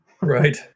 Right